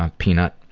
um peanut,